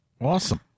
Awesome